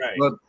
Right